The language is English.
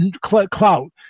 clout